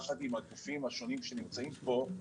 ביחד עם הגופים השונים שנמצאים פה,